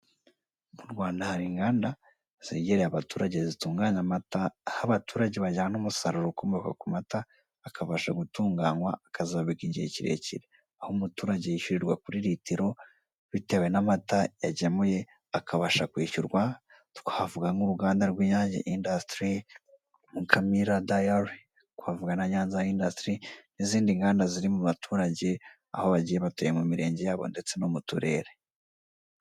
Mu Rwanda hari inganda zegereye abaturage zitunganya amata, aho abaturage bajyana umusaruro ukomoka ku mata akabasha gutunganwa akazabikwa igihe kirekire. Aho umuturage yishyurirwa kuri litiro bitewe n'amata yagemuye akabasha kwishyurwa, twavuga nk'uruganda rw'INYANGE indasitiri, MUKAMIRA dayari, twavuga na NYANZA indasitiri n'izindi nganda ziri mubaturage aho bagiye batuye mu mirenge yabo ndetse no mu turere.